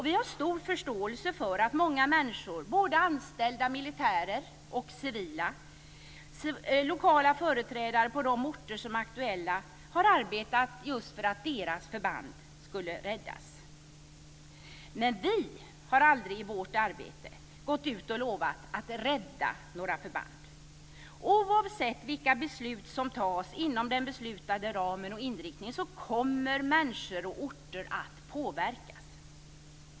Vi har stor förståelse för att många människor, både anställda militärer och civila, lokala företrädare på de orter som är aktuella, har arbetat just för att deras förband skulle räddas. Men vi har aldrig i vårt arbete gått ut och lovat att rädda några förband. Oavsett vilka beslut som fattas inom den beslutade ramen och inriktningen kommer människor och orter att påverkas.